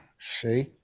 see